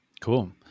cool